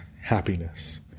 happiness